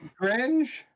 cringe